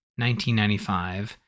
1995